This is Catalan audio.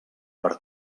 per